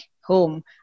home